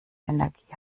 energie